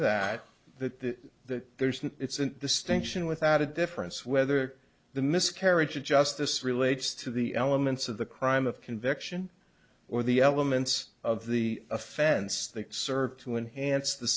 that that there's an it's a distinction without a difference whether the miscarriage of justice relates to the elements of the crime of conviction or the elements of the offense they serve to enhance the